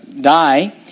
die